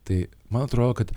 tai man atrodo kad